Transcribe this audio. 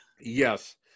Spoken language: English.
yes